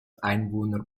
einwohner